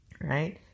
Right